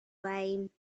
wayne